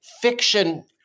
fiction